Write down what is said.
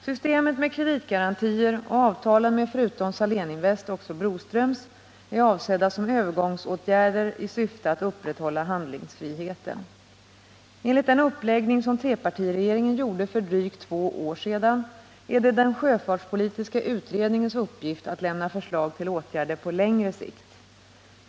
Systemet med kreditgarantier och avtalen med förutom Saléninvest också Broströms är avsedda som övergångsåtgärder i syfte att upprätthålla handlingsfriheten. Enligt den uppläggning som trepartiregeringen gjorde för drygt två år sedan är det den sjöfartspolitiska utredningens uppgift att lämna förslag till åtgärder på längre sikt.